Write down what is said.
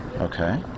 okay